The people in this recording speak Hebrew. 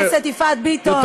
היום.